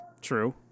True